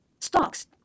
stocks